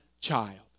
child